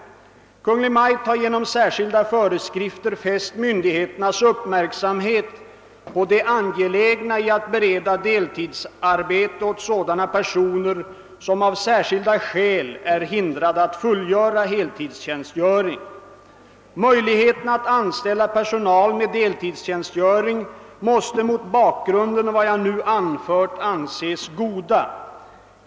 Kungl. Maj:t har genom särskilda föreskrifter fäst myndigheternas uppmärksamhet på det angelägna i att bereda deltidsarbete åt sådana personer som av särskilda skäl är hindrade att fullgöra heltidstjänstgöring. Möjligheterna att anställa personal med deltidstjänstgöring måste mot bakgrund av vad jag nu anfört anses goda.